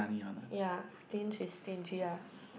ya stingy is stingy ya